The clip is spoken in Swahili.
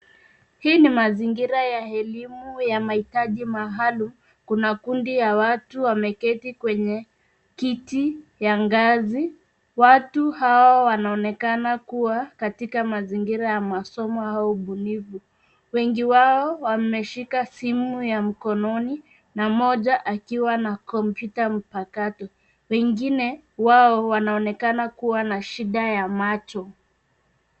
Hii ni mazingira ya elimu ya mahitaji maalum. Kuna kundi ya watu wameketi kwenye kiti ya ngazi, watu hao wanaonekana kuwa katika mazingira ya masomo au ubunifu. Wengi wao wameshika simu ya mkononi na mmoja akiwa na kompyuta mpakato. Wengine wao wanaonekana kuwa na shida ya macho.